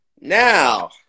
Now